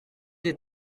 des